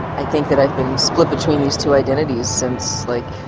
i think that i've been split between these two identities since like